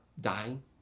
dying